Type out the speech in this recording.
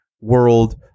world